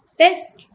test